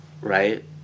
right